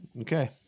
Okay